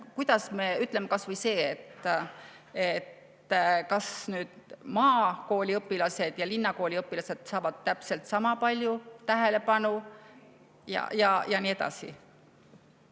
suhtume. Kas või see, kas maakooli õpilased ja linnakooli õpilased saavad täpselt sama palju tähelepanu ja nii edasi.